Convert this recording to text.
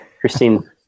Christine